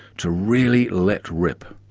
to really let rip.